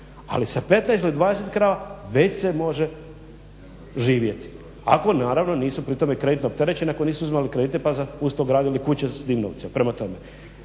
ali sa 15 ili 20 krava već se može živjeti, ako naravno nisu pri tome kreditno opterećeni, ako nisu uzimali kredite pa uz to gradili kuće s tim novcem.